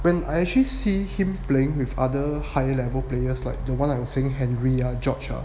when I actually see him playing with other higher level players like the one I was saying henry george ah